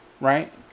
Right